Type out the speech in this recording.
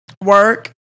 Work